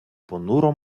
понуро